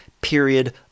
period